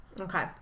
okay